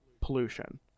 pollution